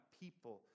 people